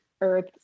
earth